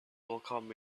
welcomed